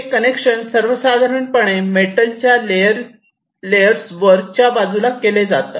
हे कनेक्शन सर्वसाधारणपणे मेटल च्या लेअर्स वर वरच्या बाजूला केले जातात